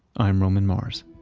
i'm roman mars.